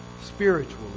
spiritually